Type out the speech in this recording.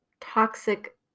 toxic